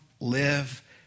live